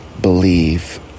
believe